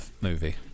movie